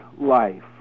life